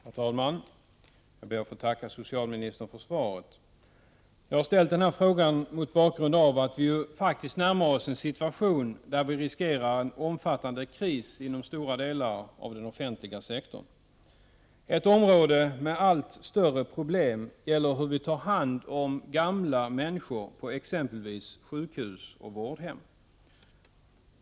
Herr talman! Jag ber att få tacka socialministern för svaret. Jag har ställt frågan mot bakgrund av att vi faktiskt närmar oss en situation där vi riskerar en omfattande kris inom stora delar av den offentliga sektorn. Ett område med allt större problem är hur vi tar hand om gamla människor på exempelvis sjukhus och vårdhem.